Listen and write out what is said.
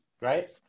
right